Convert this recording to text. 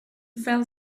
fell